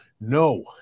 No